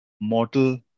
mortal